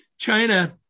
China